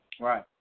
Right